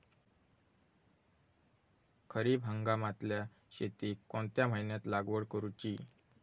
खरीप हंगामातल्या शेतीक कोणत्या महिन्यात लागवड करूची?